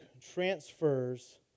transfers